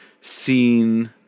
seen